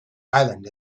island